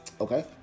Okay